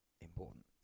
important